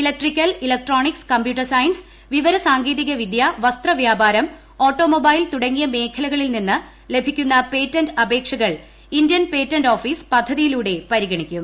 electrical electronics computer science വിവരസാങ്കേതിക വിദ്യ വസ്ത്ര വ്യാപാരം ഓട്ടോമൊബൈൽ തുടങ്ങിയ മേഖലകളിൽ നിന്ന് ലഭിക്കുന്ന പേറ്റന്റ് അപേക്ഷകൾ ഇന്ത്യൻ പേറ്റന്റ് ഓഫീസ് പദ്ധതിയിലൂടെ പരിഗണിക്കും